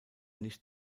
nicht